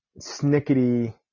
snickety